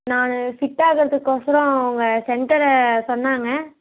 நான் ஃபிட்டாகிறதுக்கோசரம் உங்கள் சென்ட்டரை சொன்னாங்க